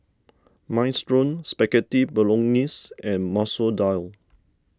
Minestrone Spaghetti Bolognese and Masoor Dal